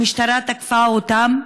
המשטרה תקפה אותם,